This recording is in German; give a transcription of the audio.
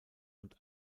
und